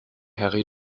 harry